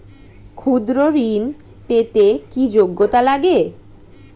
ক্ষুদ্র ঋণ পেতে কি যোগ্যতা লাগে?